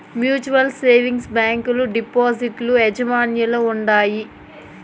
mutual savings బ్యాంకీలు depositor యాజమాన్యంల ఉండాయి